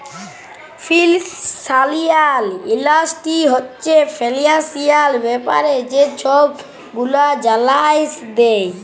financial analyst হছে financial ব্যাপারে যে ছব গুলা জালায় দেই